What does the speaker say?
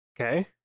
Okay